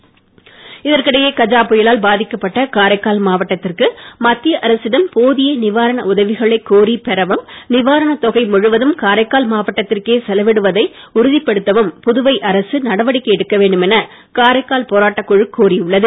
போாட்டக்குழு இதற்கிடையே கஜா புயலால் பாதிக்கப்பட்ட காரைக்கால் மாவட்டத்திற்கு மத்திய அரசிடம் போதிய நிவாரண உதவிகளை கோரிப் பெறவும் நிவாரணத் காரைக்கால் மாவட்டத்திற்கே செலவிடப்படுவதை தொகை முழுவதும் உறுதிப்படுத்தவும் புதுவை அரசு நடவடிக்கை எடுக்க வேண்டும் என காரைக்கால் போராட்டக்குழு கோரி உள்ளது